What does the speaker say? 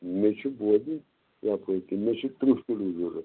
مےٚ چھِ بوز حظ یپٲرۍ کِنۍ مےٚ چھِ تٕرٛہ کِلوٗ ضروٗرت